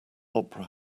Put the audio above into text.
opera